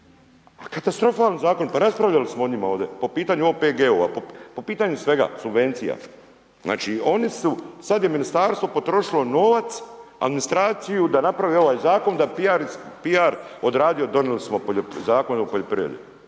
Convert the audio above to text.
pa katastrofalni zakon, pa raspravljali smo o njima ovdje, po pitanju OPG-ova, po pitanju svega, subvencija. Znači oni su, sad je ministarstvo potrošilo novac, administraciju da napravi ovaj zakon, da PR odradi jer donijeli smo Zakon o poljoprivredi